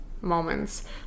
moments